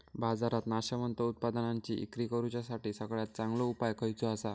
बाजारात नाशवंत उत्पादनांची इक्री करुच्यासाठी सगळ्यात चांगलो उपाय खयचो आसा?